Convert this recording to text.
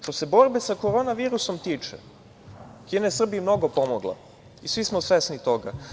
Što se borbe sa koronavirusom tiče, Kina je Srbiji mnogo pomogla i svi smo svesni toga.